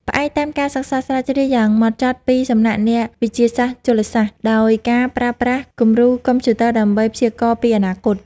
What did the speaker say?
ផ្អែកតាមការសិក្សាស្រាវជ្រាវយ៉ាងហ្មត់ចត់ពីសំណាក់អ្នកវិទ្យាសាស្ត្រជលសាស្ត្រ ដោយការប្រើប្រាស់គំរូកុំព្យូទ័រដើម្បីព្យាករណ៍ពីអនាគត។